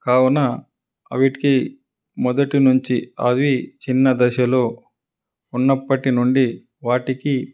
కావున వీటికి మొదటి నుంచి అవి చిన్న దశలో ఉన్నప్పటి నుండి వాటికి